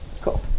Cool